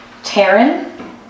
Taryn